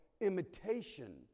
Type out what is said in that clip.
imitation